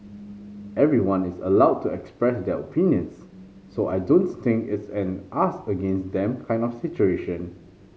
everyone is allowed to express their opinions so I don't think it's an us against them kind of situation